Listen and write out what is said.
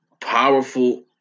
powerful